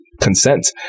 consent